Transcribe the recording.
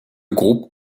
groupe